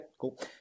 cool